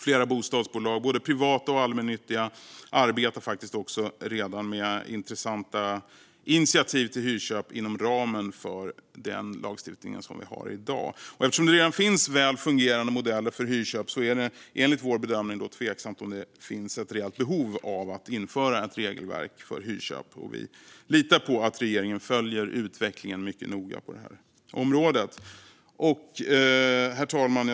Flera bostadsbolag, både privata och allmännyttiga, arbetar också redan med intressanta initiativ till hyrköp inom ramen för den lagstiftning som finns i dag. Eftersom det redan finns väl fungerande modeller för hyrköp är det enligt vår bedömning tveksamt om det finns ett reellt behov av att införa ett regelverk för hyrköp. Vi litar på att regeringen följer utvecklingen på området mycket noga. Herr talman!